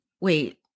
Wait